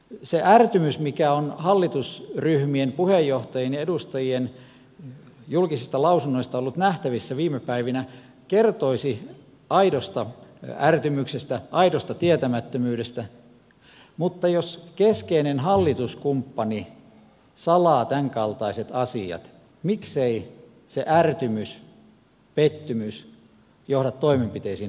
se ärtymys mikä on hallitusryhmien puheenjohtajien ja edustajien julkisista lausunnoista ollut nähtävissä viime päivinä kertoisi aidosta ärtymyksestä aidosta tietämättömyydestä mutta jos keskeinen hallituskumppani salaa tämänkaltaiset asiat miksei se ärtymys pettymys johda toimenpiteisiin hallituksen sisällä